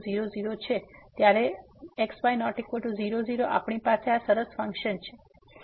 તેથી જ્યારે x y ≠ 00 આપણી પાસે આ સરસ ફંક્શન છે